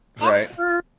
right